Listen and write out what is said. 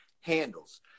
handles